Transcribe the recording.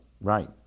Right